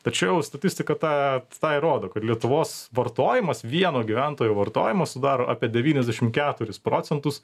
tačiau statistika tą tą ir rodo kad lietuvos vartojimas vieno gyventojo vartojimas sudaro apie devyniasdešim keturis procentus